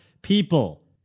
People